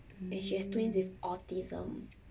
and she has twins with autism